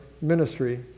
Ministry